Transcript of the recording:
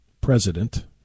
president